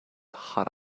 hot